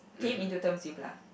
came into terms